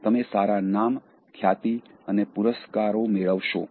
તમે સારા નામ ખ્યાતિ અને પુરસ્કારો મેળવશો